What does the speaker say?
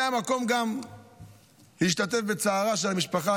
זה המקום גם להשתתף בצערה של המשפחה,